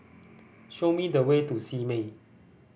show me the way to Simei